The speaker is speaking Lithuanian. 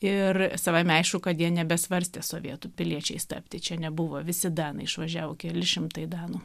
ir savaime aišku kad jie nebesvarstė sovietų piliečiais tapti čia nebuvo visi danai išvažiavo keli šimtai danų